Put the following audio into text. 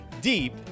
deep